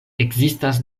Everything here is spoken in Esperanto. ekzistas